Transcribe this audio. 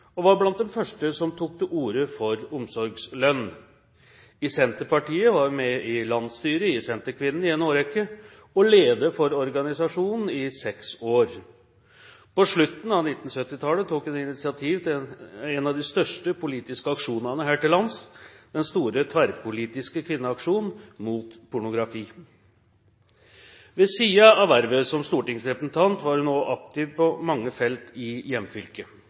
og var blant de første som tok til orde for omsorgslønn. I Senterpartiet var hun med i landsstyret i Senterkvinnene i en årrekke og leder for organisasjonen i seks år. På slutten av 1970-tallet tok hun initiativet til en av de største politiske aksjonene her til lands, den store, tverrpolitiske kvinneaksjonen mot pornografi. Ved siden av vervet som stortingsrepresentant var hun aktiv på mange felt i hjemfylket.